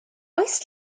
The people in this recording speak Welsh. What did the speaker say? oes